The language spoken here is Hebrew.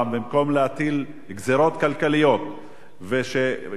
במקום להטיל גזירות כלכליות וקשיים,